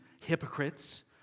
hypocrites